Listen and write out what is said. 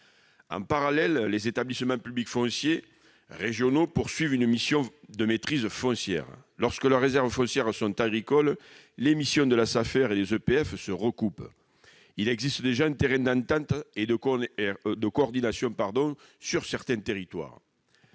En parallèle, les établissements publics fonciers régionaux poursuivent une mission de maîtrise foncière. Lorsque leurs réserves foncières sont agricoles, les missions de la Safer et des EPF se recoupent. Il existe déjà un terrain d'entente et de coordination sur certains territoires.